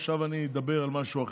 עכשיו אני אדבר על משהו אחר.